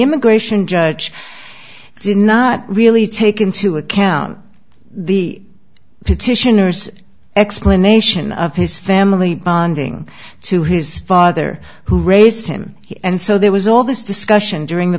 immigration judge did not really take into account the explanation of his family bonding to his father who raised him and so there was all this discussion during the